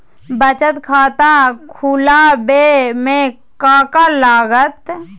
बचत खाता खुला बे में का का लागत?